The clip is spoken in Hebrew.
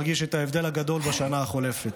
מרגיש את ההבדל הגדול בשנה החולפת.